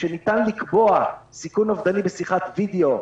שניתן לקבוע סיכון אובדני בשיחת וידיאו,